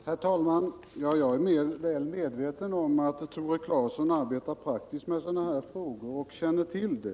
Herr talman! Jag är väl medveten om att Tore Claeson arbetar praktiskt med sådana här frågor och känner till dem.